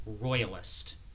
royalist